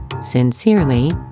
Sincerely